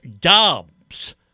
Dobbs